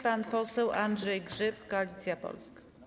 Pan poseł Andrzej Grzyb, Koalicja Polska.